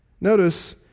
Notice